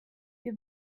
wir